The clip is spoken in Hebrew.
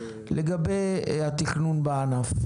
לגבי התכנון בענף,